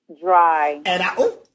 dry